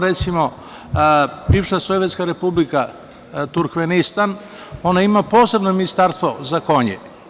Recimo, bivša Sovjetska Republika Turhvenistan, ono ima posebno ministarstvo za konje.